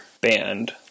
band